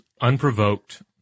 unprovoked